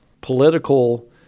Political